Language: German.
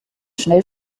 schnell